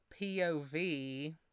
POV